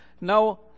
Now